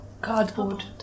Cardboard